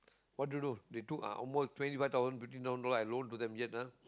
what to do they took a~ almost twenty five thousand fifteen thousand dollar I loan to them yet ah